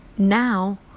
Now